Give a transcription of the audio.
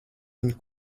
viņu